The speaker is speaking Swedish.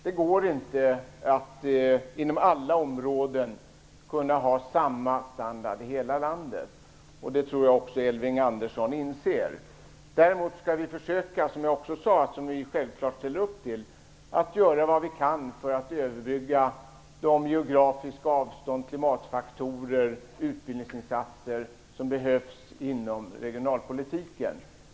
Det går inte att ha samma standard på alla områden i hela landet. Jag tror att Elving Andersson också inser det. Däremot skall vi försöka, som jag också sade att vi självfallet ställer upp för, göra vad vi kan för att överbrygga de geografiska avstånden och klimatfaktorerna och göra de utbildningsinsatser som behövs inom regionalpolitiken.